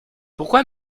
pourquoi